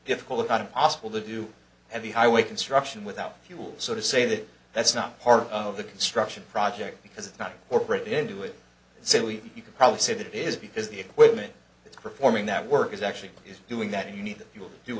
difficult if not impossible to do heavy highway construction without fuel so to say that that's not part of the construction project because it's not a corporate into it so you can probably say that it is because the equipment is performing that work is actually doing that you need